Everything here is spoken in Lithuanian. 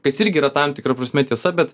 kas irgi yra tam tikra prasme tiesa bet